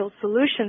solutions